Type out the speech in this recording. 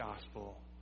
gospel